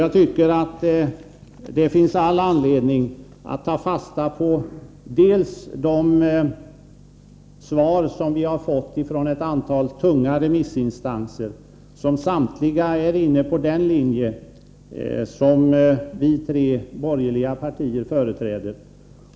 Jag tycker att det finns all anledning att ta fasta på svaren från ett antal tunga remissinstanser, som samtliga är inne på den linje som de tre borgerliga partierna företräder.